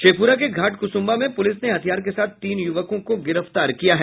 शेखपुरा के घाट कुसुमभा में पुलिस ने हथियार के साथ तीन युवकों को गिरफ्तार किया है